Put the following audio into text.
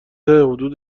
حدود